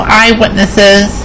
eyewitnesses